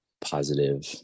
positive